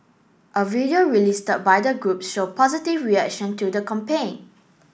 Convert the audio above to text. a video release by the group show positive reaction to the compaign